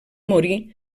morir